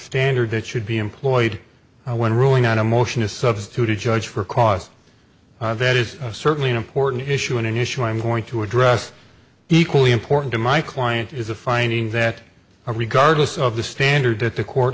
standard that should be employed when ruling on a motion to substitute a judge for a cause that is certainly an important issue an issue i'm going to address equally important in my client is a finding that regardless of the standard that the court